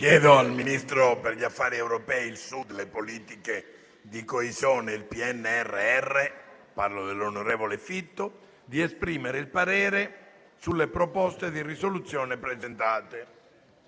Chiedo al ministro per gli affari europei, il Sud, le politiche di coesione e il PNRR, onorevole Fitto, di esprimere il parere sulle proposte di risoluzione presentate.